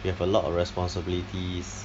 we have a lot of responsibilities